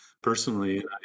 personally